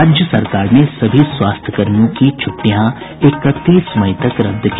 राज्य सरकार ने सभी स्वास्थ्य कर्मियों की छुट्टियां इकतीस मई तक रद्द की